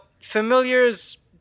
familiars